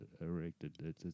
erected